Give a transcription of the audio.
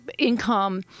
Income